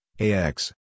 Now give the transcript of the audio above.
AX